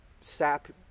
sap